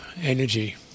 energy